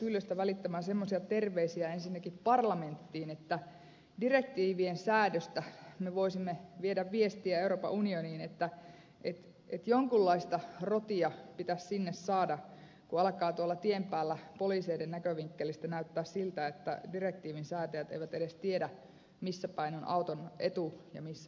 kyllöstä välittämään semmoisia terveisiä ensinnäkin parlamenttiin että direktiivien säädöstä me voisimme viedä viestiä euroopan unioniin että jonkunlaista rotia pitäisi sinne saada kun alkaa tuolla tien päällä poliiseiden näkövinkkelistä näyttää siltä että direktiivin säätäjät eivät edes tiedä missä päin on auton etu ja missä päin takapää